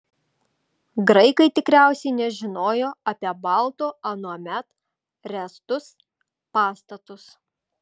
graikai tikriausiai nežinojo apie baltų anuomet ręstus pastatus